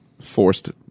forced